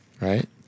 right